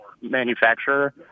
manufacturer